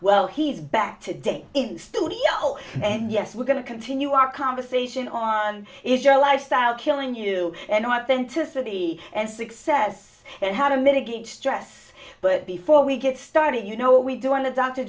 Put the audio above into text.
well he's back today in studio and yes we're going to continue our conversation on is your lifestyle killing you and i want them to city and success and how to mitigate stress but before we get started you know what we do on the d